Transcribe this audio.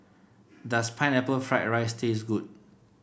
does Pineapple Fried Rice taste good